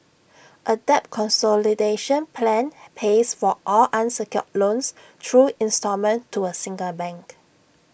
A debt consolidation plan pays for all unsecured loans through instalment to A single bank